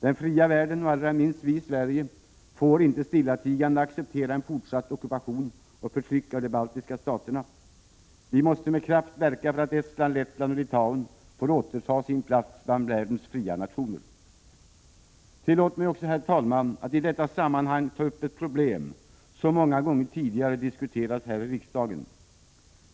Den fria världen och allra minst vi i Sverige får inte stillatigande acceptera en fortsatt ockupation och förtryck av de baltiska staterna. Vi måste med kraft verka för att Estland, Lettland och Litauen får återta sin plats bland världens fria nationer. Tillåt mig, herr talman, att i detta sammanhang också ta upp ett problem som många gånger tidigare har diskuterats här i riksdagen.